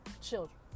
children